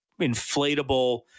inflatable